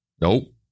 Nope